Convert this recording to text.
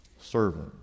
servant